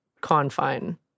confine